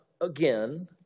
again